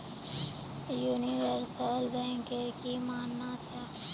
universal banker की मानना छ